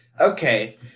okay